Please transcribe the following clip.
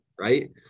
Right